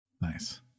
Nice